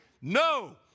No